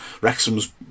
Wrexham's